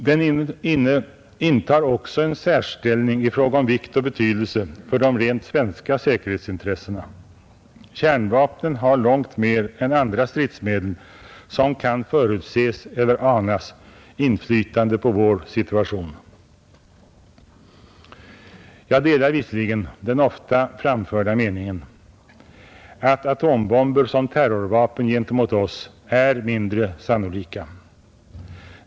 De intar också en speciell ställning i fråga om betydelsen för de rent svenska säkerhetsintressena. Kärnvapnen har långt mer än andra stridsmedel, som kan förutses eller anas, inflytande på vår situation. Jag delar visserligen den ofta framförda meningen att atombomber som terrorvapen gentemot oss är mindre sannolika.